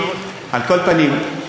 על כל פנים,